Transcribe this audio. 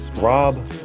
Rob